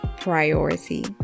priority